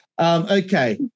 Okay